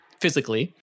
physically